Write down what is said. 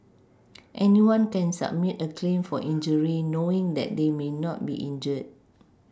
anyone can submit a claim for injury knowing that they may not be injured